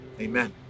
Amen